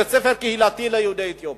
בית-ספר קהילתי ליהודי אתיופיה.